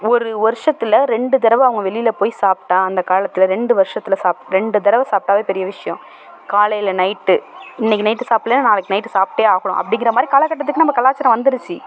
ஒரு வருஷத்தில் ரெண்டு தடவை அவங்க வெளியில் போய் சாப்பிட்டா அந்த காலத்தில் ரெண்டு வருஷத்தில் ரெண்டு தடவை சாப்பிட்டாவே பெரிய விஷயம் காலையில் நைட்டு இன்னைக்கு நைட் சாப்பிடலைனா நாளைக்கு நைட் சாப்பிட்டே ஆகணும் அப்படிங்கிற மாதிரி காலக்கட்டத்துக்கு நம்ம கலாச்சாரம் வந்திருச்சு